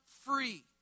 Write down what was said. free